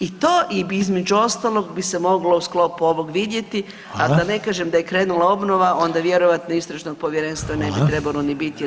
I to bi se između ostalog bi se moglo u sklopu ovoga vidjeti [[Upadica Reiner: hvala.]] a da ne kažem da je krenula obnova onda vjerojatno istražno povjerenstvo ne bi trebalo ni biti jer